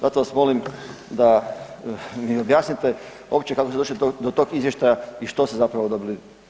Zato vas molim da mi objasnite uopće kako ste došli do tog izvještaja i što ste zapravo dobili?